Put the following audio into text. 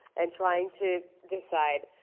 and trying to decide.